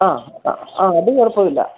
ആ ആ ആ അത് കുഴപ്പമില്ല